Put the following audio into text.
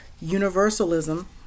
universalism